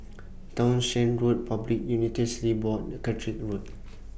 Townshend Road Public Utilities Board and Catrick Road